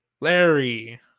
Larry